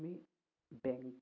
আমি বেংক